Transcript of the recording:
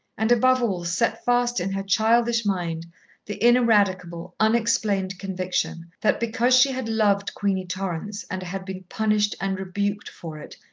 and, above all, set fast in her childish mind the ineradicable, unexplained conviction that because she had loved queenie torrance and had been punished and rebuked for it,